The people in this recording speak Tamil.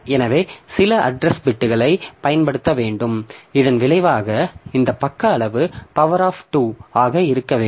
எனவே சில அட்ரஸ் பிட்களைப் பயன்படுத்த வேண்டும் இதன் விளைவாக இந்த பக்க அளவு பவர் ஆப் 2 ஆக இருக்க வேண்டும்